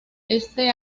este